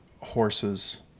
horses